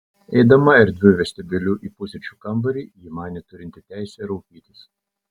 eidama erdviu vestibiuliu į pusryčių kambarį ji manė turinti teisę raukytis